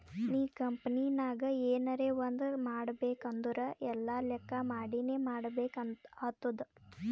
ನೀ ಕಂಪನಿನಾಗ್ ಎನರೇ ಒಂದ್ ಮಾಡ್ಬೇಕ್ ಅಂದುರ್ ಎಲ್ಲಾ ಲೆಕ್ಕಾ ಮಾಡಿನೇ ಮಾಡ್ಬೇಕ್ ಆತ್ತುದ್